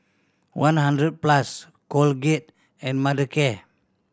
one Hundred Plus Colgate and Mothercare